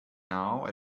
now